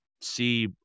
see